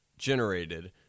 generated